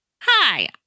Hi